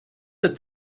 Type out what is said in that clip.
that